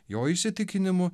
jo įsitikinimu